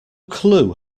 clue